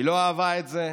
היא לא אהבה את זה,